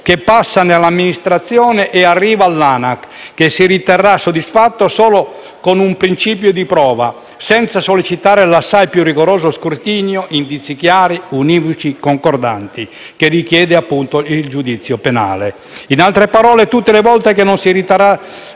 che passa per l'amministrazione e arriva all'ANAC, che si riterrà soddisfatto anche solo con un principio di prova, senza sollecitare l'assai più rigoroso scrutinio (indizi chiari, univoci, concordanti) che richiede, appunto, il giudizio penale. In altre parole, tutte le volte che si riterrà